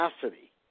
capacity